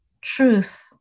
truth